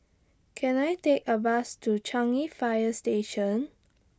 Can I Take A Bus to Changi Fire Station